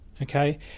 Okay